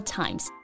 times